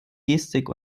gestik